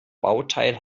bauteil